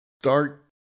start